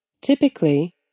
Typically